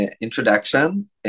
introduction